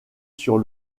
sur